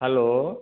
hello